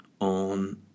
on